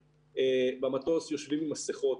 במטוס יושבים עם מסיכות.